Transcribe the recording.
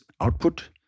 output